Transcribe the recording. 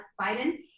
Biden